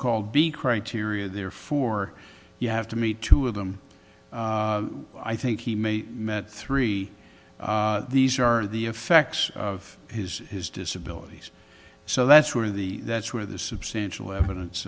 called b criteria therefore you have to meet two of them i think he may met three these are the effects of his his disability so that's where the that's where the substantial evidence